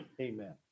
Amen